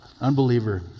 Unbeliever